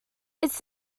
its